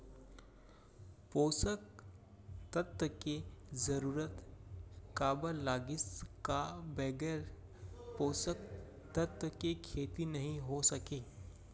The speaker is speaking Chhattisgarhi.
पोसक तत्व के जरूरत काबर लगिस, का बगैर पोसक तत्व के खेती नही हो सके?